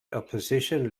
opposition